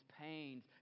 pains